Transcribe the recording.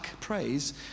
praise